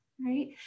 right